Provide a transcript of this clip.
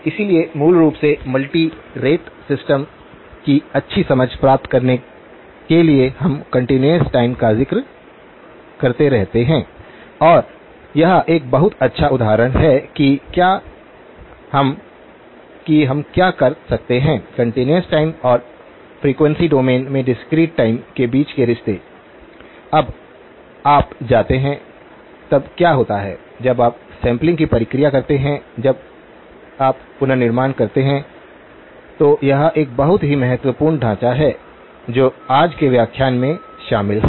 इसलिए मूल रूप से मल्टी रेट सिस्टम की अच्छी समझ प्राप्त करने के लिए हम कंटीन्यूअस टाइम का जिक्र करते रहते हैं और यह एक बहुत अच्छा उदाहरण है कि हम क्या कर सकते हैं कंटीन्यूअस टाइम और फ्रीक्वेंसी डोमेन में डिस्क्रीट टाइम के बीच के रिश्ते जब आप जाते हैं तब क्या होता है जब आप सैंपलिंग की प्रक्रिया करते हैं जब आप पुनर्निर्माण करते हैं तो यह एक बहुत ही महत्वपूर्ण ढांचा है जो आज के व्याख्यान में शामिल है